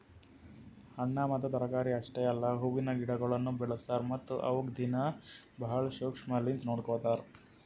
ಹಣ್ಣ ಮತ್ತ ತರಕಾರಿ ಅಷ್ಟೆ ಅಲ್ಲಾ ಹೂವಿನ ಗಿಡಗೊಳನು ಬೆಳಸ್ತಾರ್ ಮತ್ತ ಅವುಕ್ ದಿನ್ನಾ ಭಾಳ ಶುಕ್ಷ್ಮಲಿಂತ್ ನೋಡ್ಕೋತಾರ್